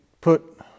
put